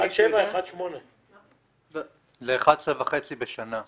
1.8. זה 11.5 מיליארד בשנה.